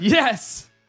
Yes